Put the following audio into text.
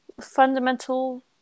fundamental